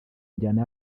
njyana